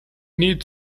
need